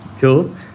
Cool